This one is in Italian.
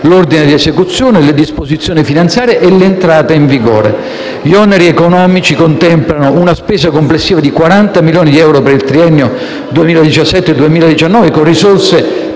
l'ordine di esecuzione, le disposizioni finanziarie e l'entrata in vigore. Gli oneri economici contemplano: una spesa complessiva di 40 milioni di euro per il triennio 2017-2019, con risorse